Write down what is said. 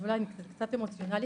אני אולי קצת אמוציונלית,